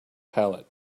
palate